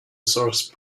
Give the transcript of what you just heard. source